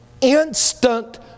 instant